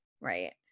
right